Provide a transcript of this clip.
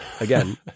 again